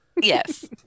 Yes